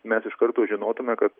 mes iš karto žinotume kad